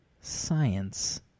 Science